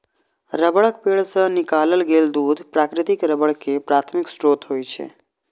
रबड़क पेड़ सं निकालल गेल दूध प्राकृतिक रबड़ के प्राथमिक स्रोत होइ छै